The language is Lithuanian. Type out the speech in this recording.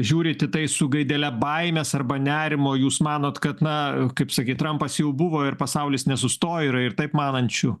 žiūrit į tai su gaidele baimės arba nerimo jūs manot kad na kaip sakyt trampas jau buvo ir pasaulis nesustojo yra ir taip manančių